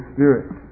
Spirit